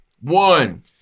One